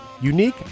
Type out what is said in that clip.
Unique